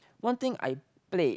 one thing I played